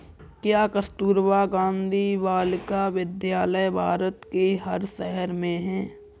क्या कस्तूरबा गांधी बालिका विद्यालय भारत के हर शहर में है?